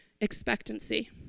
Expectancy